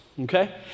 Okay